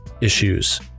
issues